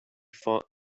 fought